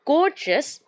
Gorgeous